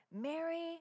Mary